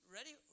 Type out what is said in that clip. Ready